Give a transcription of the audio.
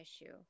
issue